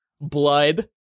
blood